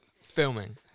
Filming